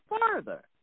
further